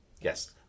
Yes